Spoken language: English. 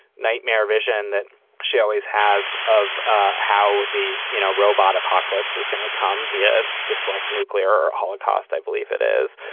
nightmare vision that she always has of ah how the you know robot apocalypse is going to come via this like nuclear holocaust i believe it is.